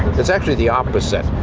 it's actually the opposite.